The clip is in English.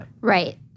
Right